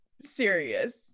serious